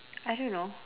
I don't know